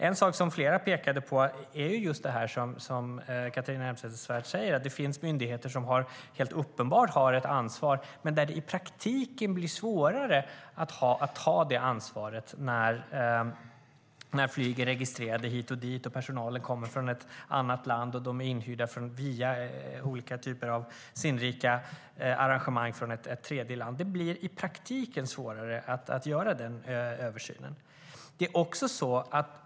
En sak som flera pekade på var det som också Catharina Elmsäter-Svärd tog upp, att det finns myndigheter som helt uppenbart har ett ansvar men att det i praktiken blir allt svårare att ta det ansvaret när flygen är registrerade både här och där, när personalen kommer från ett annat land eller via olika typer av sinnrika arrangemang är inhyrda från ett tredje land. Då blir det i praktiken svårare att göra översynerna.